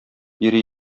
йөри